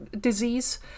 disease